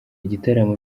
gitaramo